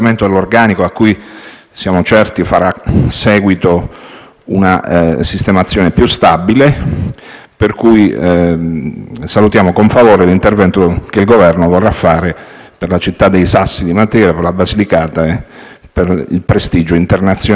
una sistemazione più stabile. Pertanto, salutiamo con favore l'intervento che il Governo vorrà fare per la città dei Sassi, per Matera, per la Basilicata e per il prestigio internazionale che il prossimo appuntamento darà a tutta l'Italia.